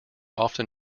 often